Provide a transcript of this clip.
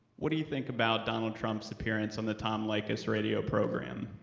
what do you think about donald trump's appearance on the tom leykis radio program,